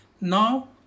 now